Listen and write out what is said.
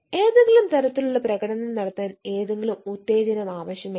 ഏതെങ്കിലും തരത്തിലുള്ള പ്രകടനം നടത്താൻ ഏതെങ്കിലും ഉത്തേജനം ആവശ്യമില്ല